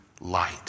light